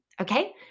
okay